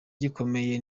gikomeye